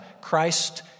Christ